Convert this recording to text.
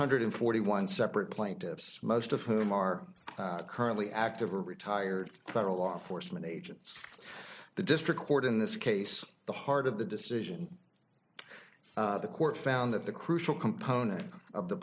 hundred forty one separate plaintiffs most of whom are currently active or retired federal law enforcement agents the district court in this case the heart of the decision the court found that the crucial component of the